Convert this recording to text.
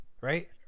right